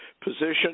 position